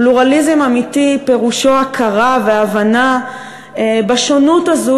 פלורליזם אמיתי פירושו הכרה והבנה בשונות הזו